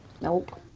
Nope